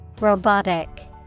Robotic